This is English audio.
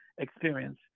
experience